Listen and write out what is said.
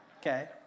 Okay